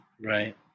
Right